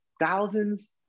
thousands